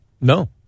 No